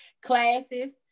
classes